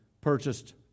purchased